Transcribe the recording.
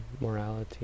morality